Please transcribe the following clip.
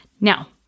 Now